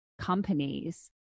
companies